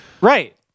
Right